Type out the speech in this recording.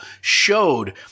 showed